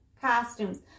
costumes